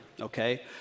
okay